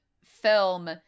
film